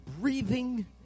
breathing